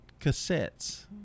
cassettes